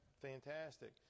fantastic